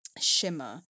shimmer